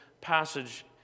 passage